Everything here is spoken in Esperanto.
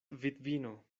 vidvino